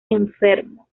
enfermo